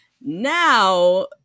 Now